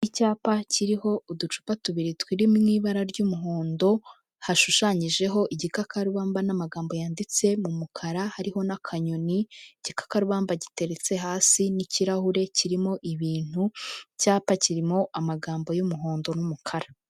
Icyapa kiriho uducupa tubiri turi mu ibara ry'umuhondo, hashushanyijeho igikakarubamba n'amagambo yanditse mu mukara hariho n'akanyoni, igikakarubamba giteretse hasi n'ikirahure kirimo ibintu, icyapa kirimo amagambo y'umuhondo n'umukara.